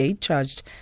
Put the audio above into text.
Charged